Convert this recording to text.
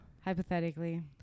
Hypothetically